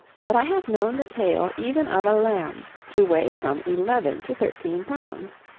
that i have known the tail even of a lamb to weigh from eleven to thirteen pounds.